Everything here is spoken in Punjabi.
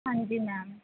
ਹਾਂਜੀ ਮੈਮ